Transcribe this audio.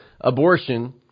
abortion